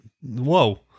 Whoa